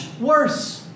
worse